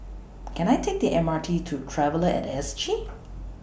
Can I Take The M R T to Traveller At S G